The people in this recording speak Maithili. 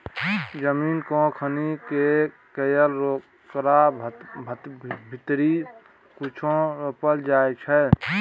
जमीन केँ खुनि कए कय ओकरा भीतरी कुछो रोपल जाइ छै